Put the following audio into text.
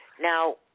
Now